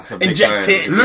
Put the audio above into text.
injected